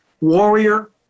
warrior